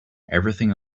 everything